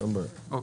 בדיוק.